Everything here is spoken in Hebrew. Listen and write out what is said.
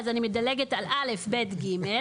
אז אני מדלגת על (א), (ב) ו-(ג).